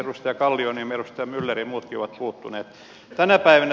edustaja kalliorinne edustaja myller ja muutkin ovat puuttuneet